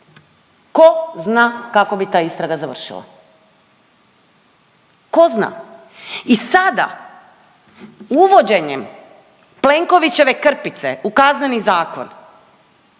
tko zna kako bi ta istraga završila. Tko zna. I sada uvođenjem Plenkovićeve krpice u Kazneni zakon